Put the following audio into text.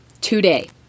today